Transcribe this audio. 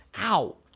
ow